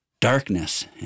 darkness